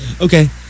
Okay